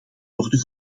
worden